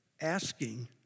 asking